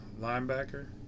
linebacker